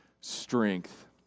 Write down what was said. strength